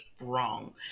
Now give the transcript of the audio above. wrong